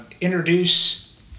introduce